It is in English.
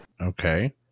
Okay